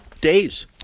days